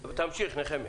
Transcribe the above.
תמשיך, בבקשה, נחמיה.